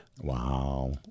Wow